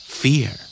fear